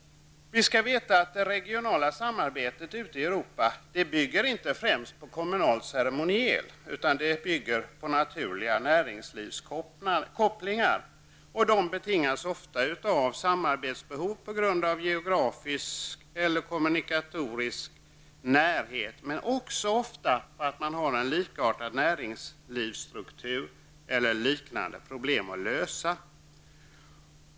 Vi skall veta att det regionala samarbetet ute i Europa inte främst bygger på kommunal ceremoniel utan på naturliga näringslivskopplingar. De betingas ofta av samarbetsbehov på grund av geografiskt eller kommunikationsmässig närhet men också ofta på att man har en likartad näringslivsstruktur eller liknande problem att lösa.